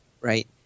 right